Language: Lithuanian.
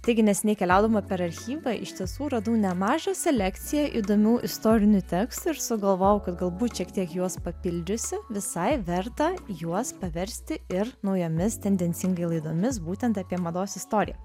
taigi neseniai keliaudama per archyvą iš tiesų radau nemažą selekciją įdomių istorinių tekstų ir sugalvojau kad galbūt šiek tiek juos papildžiusi visai verta juos paversti ir naujomis tendencingai laidomis būtent apie mados istoriją